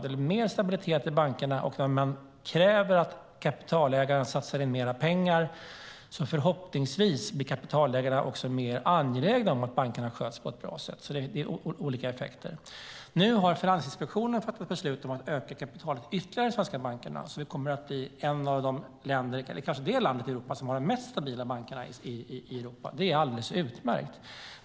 Det blev mer stabilitet i bankerna, och man kräver att kapitalägaren satsar mer pengar. Förhoppningsvis blir kapitalägarna också mer angelägna om att bankerna sköts på ett bra sätt. Det är alltså olika effekter. Nu har Finansinspektionen fattat beslut om att öka kapitalet ytterligare i svenska banker. Sverige kommer då att bli det land som kanske har de mest stabila bankerna i Europa. Det är alldeles utmärkt.